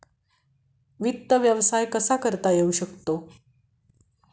वित्त व्यवसाय कसा करता येऊ शकतो?